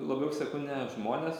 labiau seku ne žmones